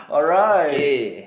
all right